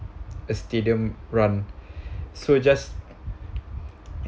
a stadium run so just